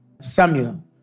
Samuel